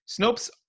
Snopes